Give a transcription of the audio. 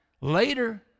later